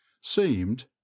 seemed